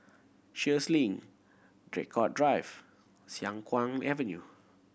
Sheares Link Draycott Drive Siang Kuang Avenue